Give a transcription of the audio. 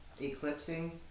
eclipsing